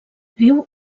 viu